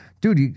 dude